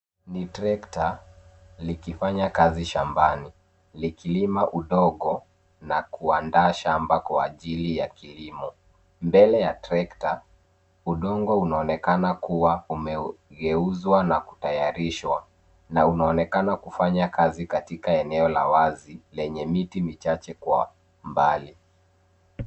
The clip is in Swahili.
Ni trekta likifanya kazi shambani likilima udongo na kuandaa shamba kwa ajili ya kilimo. Mbele ya trekta, udongo unaonekana kuwa umegeuzwa na kutayarishwa na unaonekana kufanya kazi katika eneo la wazi lenye miti michache kwa mbali.